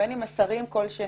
ובין אם מסרים כלשהם,